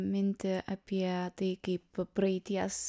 mintį apie tai kaip praeities